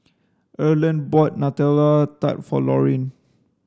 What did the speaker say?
Erland bought Nutella Tart for Lorine